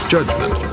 Judgment